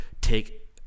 take